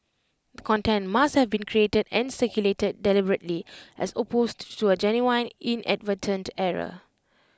the content must have been created and circulated deliberately as opposed to A genuine inadvertent error